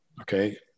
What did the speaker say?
Okay